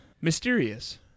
mysterious